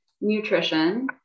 nutrition